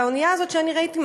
באונייה הזאת שאני ראיתי,